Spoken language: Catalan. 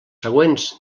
següents